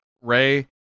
Ray